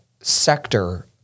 sector